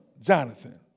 Jonathan